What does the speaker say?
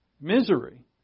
misery